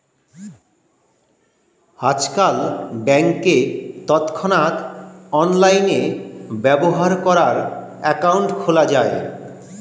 আজকাল ব্যাংকে তৎক্ষণাৎ অনলাইনে ব্যবহার করার অ্যাকাউন্ট খোলা যায়